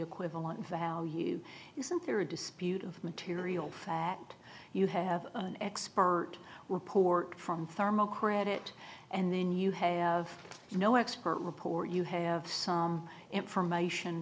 equivalent value isn't there a dispute of material fact you have an expert report from pharma credit and then you have no expert report you have some information